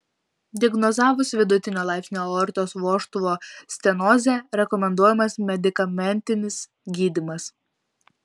diagnozavus vidutinio laipsnio aortos vožtuvo stenozę rekomenduojamas medikamentinis gydymas